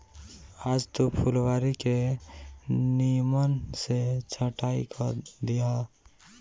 आज तू फुलवारी के निमन से छटाई कअ दिहअ